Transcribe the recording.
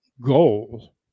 goal